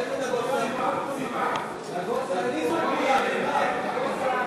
להלן תוצאות ההצבעה בדבר הסתייגויות של הפחתה לסעיף 51,